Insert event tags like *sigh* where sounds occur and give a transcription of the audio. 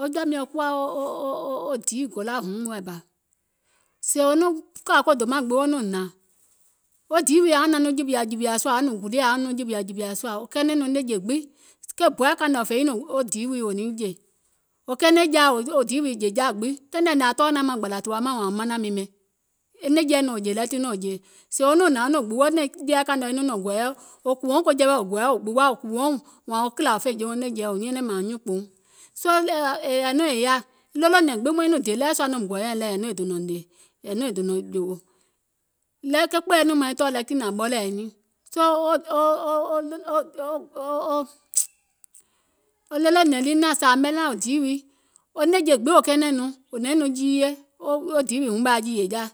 Wo jɔ̀ȧ miɔ̀ŋ kuwa *hesitation* o dìii gòla hìiim wɛɛ̀ bȧ, sèè wo nɔŋ kȧ ko dòmȧŋ gbiŋ wo nɔŋ hnȧŋ, wo diì wii yȧauŋ naȧŋ nɔŋ jìwìȧ jìwìȧ sùȧ wò nɔŋ gulie yȧaìŋ nɔŋ jìwìȧ jìwìȧ sùȧ, wò kɛɛnɛ̀ŋ nɔŋ nɛ̀ŋje gbiŋ ke bɔɛɛ̀ kȧìŋ nɛ wò fèiŋ nɔŋ wo diì wii wò niŋ jè, wò kɛɛnɛ̀ŋ jaȧ wo diì wii jè ja gbiŋ, taìŋ nɛɛ̀ nèè tɔɔ̀uŋ naȧŋ maŋ gbȧlȧ tùwa mȧŋ wȧȧŋ manȧŋ miìŋ ɓɛìŋ, e nɛ̀ŋjeɛ̀ nɔŋ wò jè lɛ tiŋ nɔŋ wò jè, sèè wo nɔŋ hnȧŋ wo nɔŋ gbuwo e nɛ̀ŋjeɛ̀ *unintelligible* wȧȧŋ wo kìlȧ fè jouŋ nɛ̀ŋjeɛ̀, wò nyɛnɛŋ mȧȧŋ nyuùnkpùuŋ, *hesitation* soo yɛ̀ nɔŋ è yaȧ, ɗolònɛ̀ŋ gbiŋ maiŋ nɔŋ dè ɗeweɛ̀ sɔa nɔŋ mùŋ gɔɔyɛ̀ nìŋ lɛ yɛ nɔŋ è dònȧŋ hnè, ke kpèèɛ nɔŋ maŋ nyiŋ tɔɔ̀ lɛ kiìŋ nȧŋ ɓɔlɛ̀ɛ̀ nyiìŋ, *hesitation* wo diì wii nɛ̀ŋje gbiŋ wò kɛɛnɛ̀iŋ nɔŋ wò nɔ̀iŋ nɔŋ jiiye wò yaȧ jììyè jaȧ,